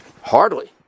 Hardly